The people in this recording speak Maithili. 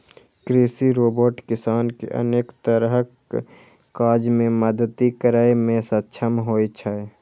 कृषि रोबोट किसान कें अनेक तरहक काज मे मदति करै मे सक्षम होइ छै